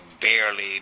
barely